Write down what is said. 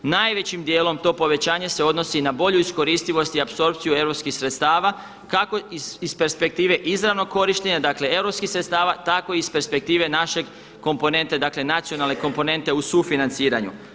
Najvećim dijelom to povećanje se odnosi na bolju iskoristivost i apsorpciju europskih sredstava kako iz perspektive izravnog korištenja, dakle europskih sredstava tako i iz perspektive naše komponente, dakle nacionalne komponente u sufinanciranju.